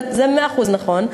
זה מאה אחוז נכון,